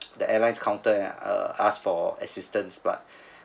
the airline's counter and uh ask for assistance but